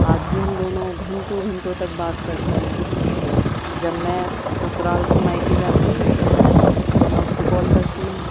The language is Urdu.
آج بھی ہم دونوں گھنٹوں گھنٹوں تک بات کرتے ہیں جب میں سسرال سے مائکے جاتی ہوں تو میں اس کو کال کرتی ہوں